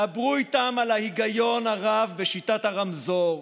דברו איתם על ההיגיון הרב בשיטת הרמזור,